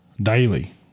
daily